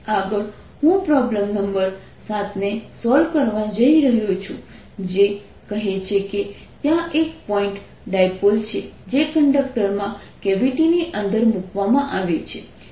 આગળ હું problem number 7 ને સોલ્વ કરવા જઇ રહ્યો છું જે કહે છે કે ત્યાં એક પોઇન્ટ ડાયપોલ છે જે કંડક્ટરમાં કેવિટી ની અંદર મૂકવામાં આવે છે